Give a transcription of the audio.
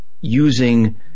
using